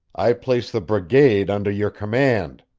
i place the brigade under your command!